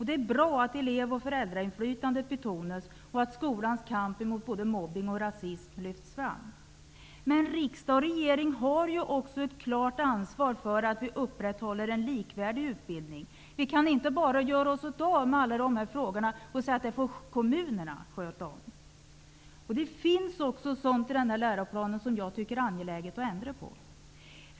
Det är bra att elev och föräldrainflytandet betonas och att skolans kamp mot både mobbning och rasism lyfts fram. Riksdag och regering har ansvar för att upprätthålla en likvärdig utbildning. Vi kan inte bara göra oss av med allt detta och säga att kommunerna får sköta det. Det finns också sådant i läroplanen som jag tycker är angeläget att man ändrar.